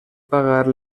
pagar